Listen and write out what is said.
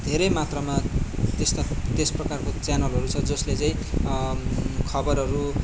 धेरै मात्रामा त्यस्ता त्यस प्रकारको च्यानलहरू छ जसले चाहिँ खबरहरू